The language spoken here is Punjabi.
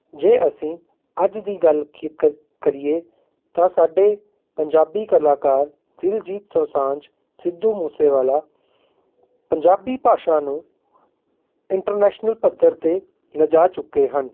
ਜੇ ਅਸੀਂ ਅੱਜ ਦੀ ਗੱਲ ਕਰੀਏ ਤਾਂ ਸਾਡੇ ਪੰਜਾਬੀ ਕਲਾਕਾਰ ਦਿਲਜੀਤ ਦੋਸਾਂਝ ਸਿੱਧੂ ਮੂਸੇਵਾਲਾ ਪੰਜਾਬੀ ਭਾਸ਼ਾ ਨੂੰ ਇੰਟਰਨੈਸ਼ਨਲ ਪੱਧਰ 'ਤੇ ਲਿਜਾ ਚੁੱਕੇ ਹਨ